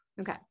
Okay